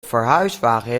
verhuiswagen